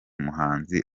muhanzi